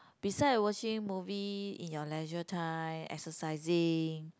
beside watching movie in your leisure time exercising